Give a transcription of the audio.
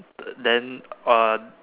then uh